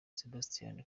sebastian